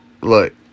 look